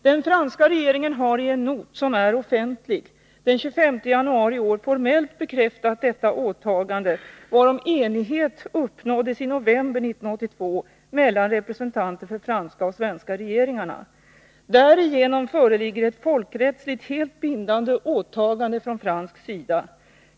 Den franska regeringen har i en not, som är offentlig, den 25 januari i år formellt bekräftat detta åtagande, varom enighet uppnåddes i november 1982 mellan representanter för franska och svenska regeringarna. Därigenom föreligger ett folkrättsligt helt bindande åtagande från svensk sida.